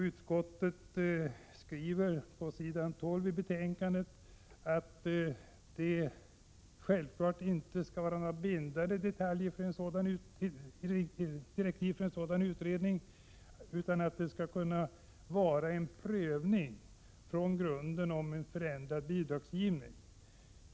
Utskottet uttalar på s. 12 i betänkandet att det självfallet inte skall ges några bindande direktiv för en sådan utredning utan att den skall kunna göra en prövning från grunden av en förändrad bidragsgivning.